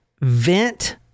Vent